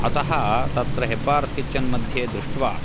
अतः तत्र हेब्बार्स् किच्चन् मध्ये दृष्ट्वा